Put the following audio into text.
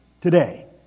today